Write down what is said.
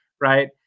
right